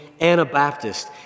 Anabaptist